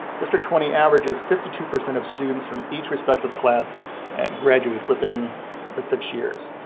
district twenty averages fifty two percent of students from each respective class at graduates within the six years.